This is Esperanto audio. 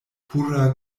pura